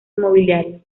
inmobiliario